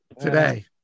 Today